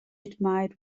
admired